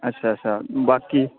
अच्छा अच्छा बाकी